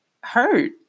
hurt